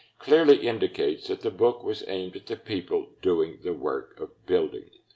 clearly indicates that the book was aimed at the people doing the work of building.